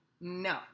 No